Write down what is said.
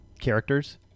characters